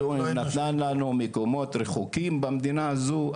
אלוהים נתן לנו מקומות רחוקים במדינה הזו,